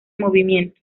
movimiento